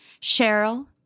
Cheryl